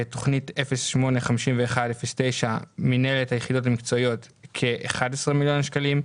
בתוכנית 08-51-09 מינהלת היחידות המקצועיות: כ-11 מיליון שקלים.